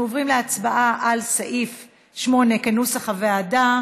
אנחנו עוברים להצבעה על סעיף 8 כנוסח הוועדה.